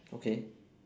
okay